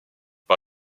par